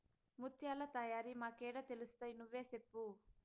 ముత్యాల తయారీ మాకేడ తెలుస్తయి నువ్వే సెప్పు